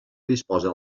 disposa